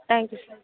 thank you sir